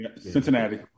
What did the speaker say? Cincinnati